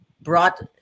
brought